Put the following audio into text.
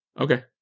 Okay